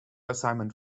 assignment